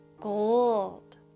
gold